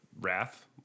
wrath